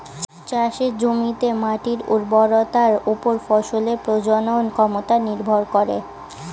চাষের জমিতে মাটির উর্বরতার উপর ফসলের প্রজনন ক্ষমতা নির্ভর করে